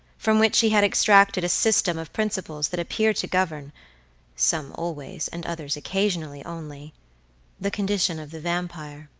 from which he had extracted a system of principles that appear to govern some always, and others occasionally only the condition of the vampire.